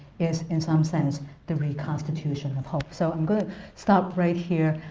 is in some sense the reconstitution of hope. so i'm going to stop right here.